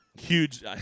Huge